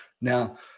Now